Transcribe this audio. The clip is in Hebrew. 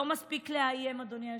לא מספיק לאיים, אדוני היושב-ראש,